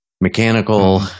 mechanical